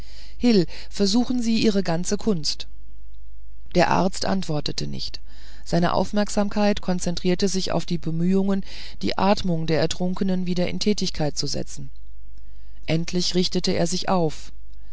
versuchen sie ihre ganze kunst der arzt antwortete nicht seine aufmerksamkeit konzentrierte sich auf die bemühungen die atmung der ertrunkenen wieder in tätigkeit zu setzen endlich richtete er sich auf